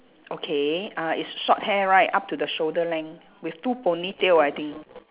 okay uh it's short hair right up to the shoulder length with two ponytail I think